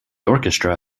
orchestra